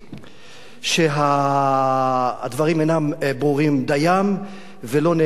שהדברים אינם ברורים דיים ולא נאמרו ואין ראיות,